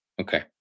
Okay